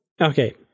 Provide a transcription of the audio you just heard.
Okay